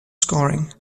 scoring